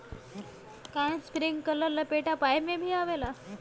का इस्प्रिंकलर लपेटा पाइप में भी आवेला?